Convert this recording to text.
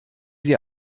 sie